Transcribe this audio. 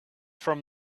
from